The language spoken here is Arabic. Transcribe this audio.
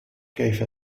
كيف